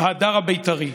ההדר הבית"רי,